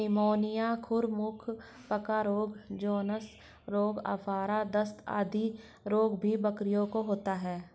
pneumonia, खुर मुँह पका रोग, जोन्स रोग, आफरा, दस्त आदि रोग भी बकरियों को होता है